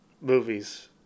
movies